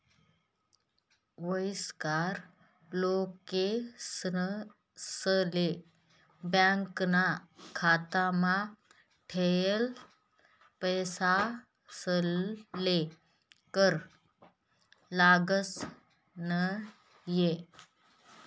वयस्कर लोकेसले बॅकाना खातामा ठेयेल पैसासले कर लागस न्हयी